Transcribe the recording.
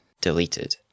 deleted